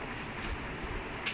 ya true